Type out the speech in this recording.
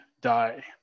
die